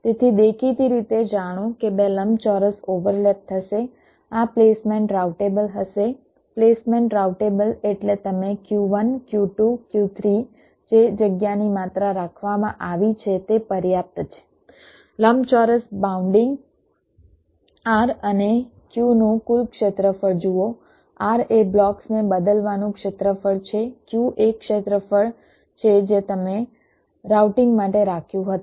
તેથી દેખીતી રીતે જાણો કે બે લંબચોરસ ઓવરલેપ થશે આ પ્લેસમેન્ટ રાઉટેબલ હશે પ્લેસમેન્ટ રાઉટેબલ એટલે તમે Q1 Q2 Q3 જે જગ્યાની માત્રા રાખવામાં આવી છે તે પર્યાપ્ત છે લંબચોરસ બાઉન્ડિંગ R અને Q નું કુલ ક્ષેત્રફળ જુઓ R એ બ્લોક્સને બદલવાનું ક્ષેત્રફળ છે Q એ ક્ષેત્રફળ છે જે તમે રાઉટિંગ માટે રાખ્યું હતું